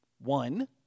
One